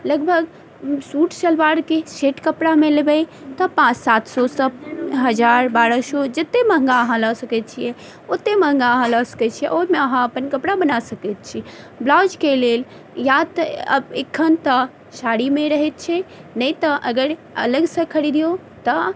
लगभग सूट सलवारके सेट कपड़ामे लेबै तऽ पाँच सात सएसँ हजार बारह सए जते महँगा अहाँ लऽ सकैत छियै ओते महँगा अहाँ लऽ सकैत छियै ओहिमे अहाँ अपन कपड़ा बना सकैत छी ब्लाउजके लेल या तऽ एखन तऽ साड़ीमे रहैत छै नहि तऽ अगर अलगसँ खरीदियौ तऽ